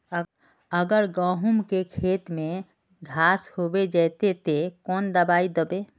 अगर गहुम के खेत में घांस होबे जयते ते कौन दबाई दबे?